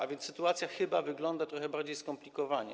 A więc sytuacja chyba wygląda trochę bardziej skomplikowanie.